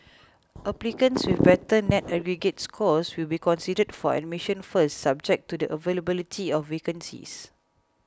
applicants with better net aggregate scores will be considered for admission first subject to the availability of vacancies